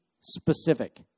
specific